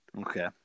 Okay